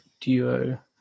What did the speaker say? duo